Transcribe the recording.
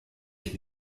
ich